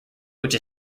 which